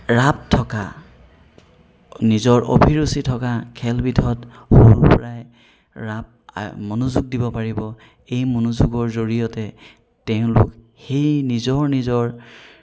ৰাপ থকা নিজৰ অভিৰুচি থকা খেলবিধত সৰুৰ পৰাই ৰাপ মনোযোগ দিব পাৰিব সেই মনোযোগৰ জৰিয়তে তেওঁলোক সেই নিজৰ নিজৰ